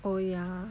oh ya